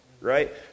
right